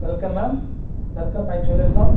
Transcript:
welcome ma'am welcome my jewellery shop